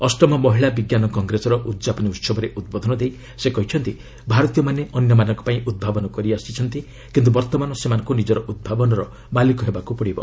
ଅଷ୍ଟମ ମହିଳା ବିଜ୍ଞାନ କଂଗ୍ରେସର ଉଦ୍ଯାପନୀ ଉହବରେ ଉଦ୍ବୋଧନ ଦେଇ ସେ କହିଛନ୍ତି ଭାରତୀୟମାନେ ଅନ୍ୟମାନଙ୍କ ପାଇଁ ଉଦ୍ଭାବନ କରି ଆସିଛନ୍ତି କିନ୍ତୁ ବର୍ତ୍ତମାନ ସେମାନଙ୍କୁ ନିଜର ଉଭାବନର ମାଲିକ ହେବାକୁ ପଡ଼ିବ